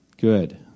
Good